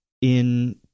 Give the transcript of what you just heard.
in-